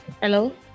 Hello